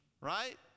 right